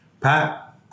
Pat